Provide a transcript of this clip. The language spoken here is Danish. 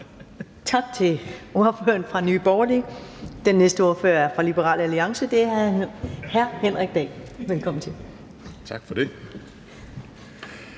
Tak til ordføreren for Nye Borgerlige. Den næste ordfører er fra Liberal Alliance, og det er hr. Henrik Dahl. Velkommen til. Kl.